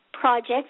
projects